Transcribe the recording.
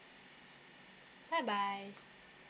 bye bye